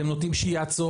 אתם נותנים שיאצו,